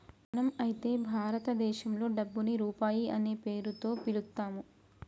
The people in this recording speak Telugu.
మనం అయితే భారతదేశంలో డబ్బుని రూపాయి అనే పేరుతో పిలుత్తాము